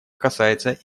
касается